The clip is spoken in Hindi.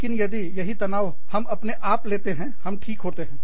लेकिन यदि यही तनाव हम अपने आप पर लेते हैं हम ठीक होते हैं